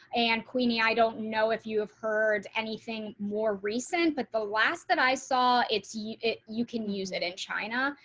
and queenie, i don't know if you have heard anything more recent but the last that i saw it's it. you can use it in china,